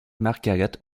margaret